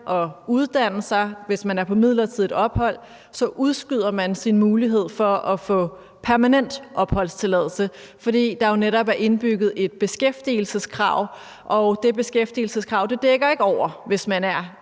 at uddanne sig, mens man er på midlertidigt ophold, så udskyder man sin mulighed for at få permanent opholdstilladelse, fordi der jo netop er indbygget et beskæftigelseskrav, og det beskæftigelseskrav er ikke opfyldt, hvis man er